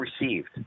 received